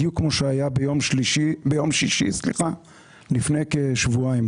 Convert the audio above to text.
בדיוק כמו שהיה ביום שישי לפני כשבועיים,